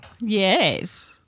yes